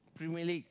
Premier League